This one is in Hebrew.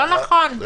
לא נכון.